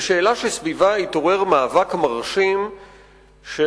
ושאלה שסביבה התעורר מאבק מרשים של